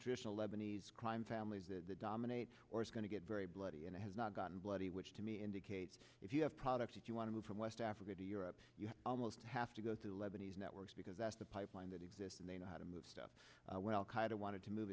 traditional lebanese crime family dominates or it's going to get very bloody and has not gotten bloody which to me indicates if you have products if you want to move from west africa to europe you almost have to go through lebanese networks because that's the pipeline that exists and they know how to move stuff when al qaeda wanted to move